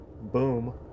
Boom